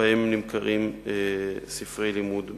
שבהם נמכרים ספרי לימוד משומשים.